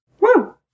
Woo